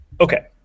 Okay